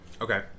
okay